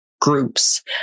groups